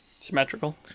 Symmetrical